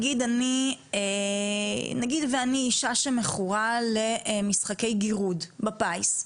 נניח שאני אישה שמכורה למשחקי גירוד בפיס,